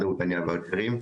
הוואוצ'רים.